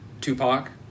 Tupac